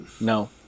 no